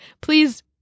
Please